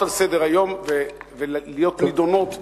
על סדר-היום ולהיות נדונות בכנסת.